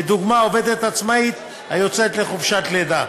לדוגמה עובדת עצמאית היוצאת לחופש לידה.